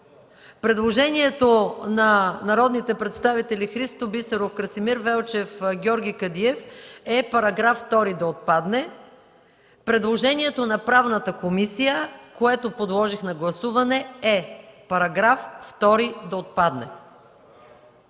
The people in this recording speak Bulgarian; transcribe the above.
Предложението на народните представители Христо Бисеров, Красимир Велчев и Георги Кадиев е § 2 да отпадне. Предложението на Правната комисия, което подложих на гласуване, е § 2 да отпадне.